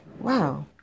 wow